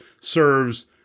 serves